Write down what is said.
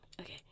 okay